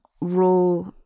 role